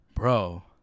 Bro